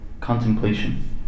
contemplation